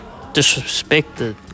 disrespected